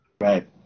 Right